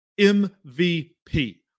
MVP